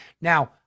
Now